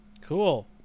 Cool